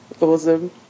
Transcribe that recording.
Awesome